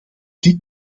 dit